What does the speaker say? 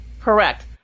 Correct